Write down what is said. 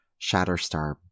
Shatterstar